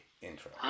intro